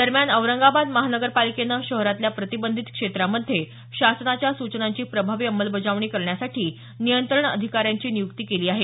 दरम्यान औरंगाबाद महानगरपालिकेने शहरातल्या प्रतिबंधित क्षेत्रामध्ये शासनाच्या सूचनांची प्रभावी अंमलबजावणी करण्यासाठी नियंत्रण अधिकाऱ्यांची नियुक्ती केली आहे